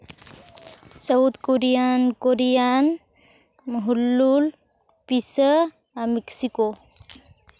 South Korean Korean ᱢᱩᱦᱩᱞᱞᱩᱞ pizza ᱟᱨ Mexico